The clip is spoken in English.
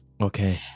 Okay